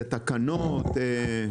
בתקנות?